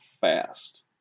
fast